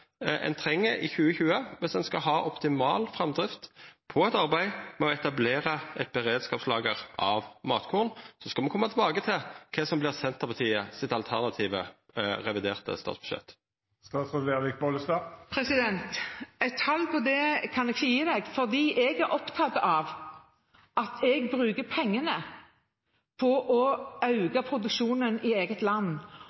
i 2020 viss ein skal ha optimal framdrift i eit arbeid med å etablera eit beredskapslager av matkorn? Så skal me koma tilbake til kva som vert Senterpartiet sitt alternative reviderte statsbudsjett. Et tall for det kan jeg ikke gi. Jeg er opptatt av at jeg bruker pengene på å